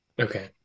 Okay